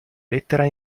lettera